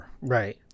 right